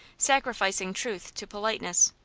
sacrificing truth to politeness.